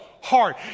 heart